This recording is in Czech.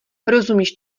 rozumíš